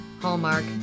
Hallmark